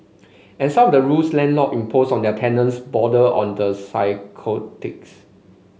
and some of the rules landlord impose on their tenants border on the psychotics